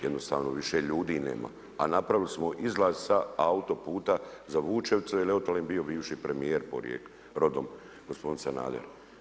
Jednostavno više ljude nema a napravili smo izlaz sa autoputa za Vučevicu jer je od tamo bio bivši premijer rodom, gospodin Sanader.